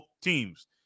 teams